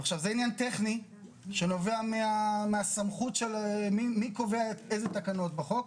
זה עניין טכני שנובע מהסמכות של מי קובע איזה תקנות בחוק,